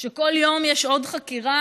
שכל יום יש עוד חקירה,